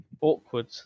Awkward